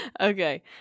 okay